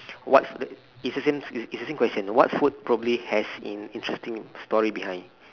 what the is the same is the same question what food probably has an interesting story behind